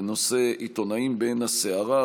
בנושא: עיתונאים בעין הסערה,